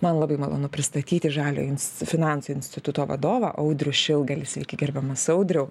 man labai malonu pristatyti žaliojo ins finansų instituto vadovą audrių šilgalį sveiki gerbiamas audriau